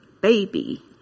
baby